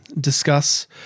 discuss